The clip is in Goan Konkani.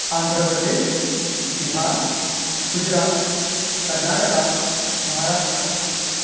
आंध्र प्रदेश बिहार गुजरात कर्नाटका महाराष्ट्रा